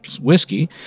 Whiskey